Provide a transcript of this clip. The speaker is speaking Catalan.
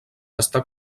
està